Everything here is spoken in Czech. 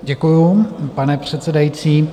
Děkuji, pane předsedající.